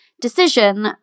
decision